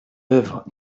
œuvres